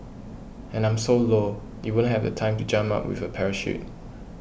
and I'm so low you wouldn't have the time to jump out with a parachute